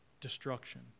Destruction